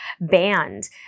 banned